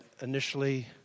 initially